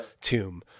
tomb